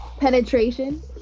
penetration